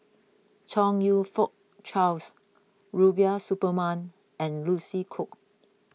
Chong You Fook Charles Rubiah Suparman and Lucy Koh